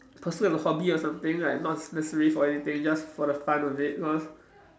pursue the hobby or something like not necessary for anything just for the fun of it because